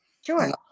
Sure